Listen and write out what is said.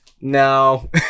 no